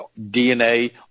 DNA